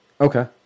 Okay